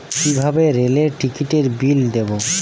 কিভাবে রেলের টিকিটের বিল দেবো?